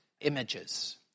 images